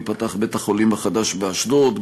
להיפתח בית-החולים החדש באשדוד.